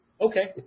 Okay